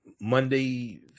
Monday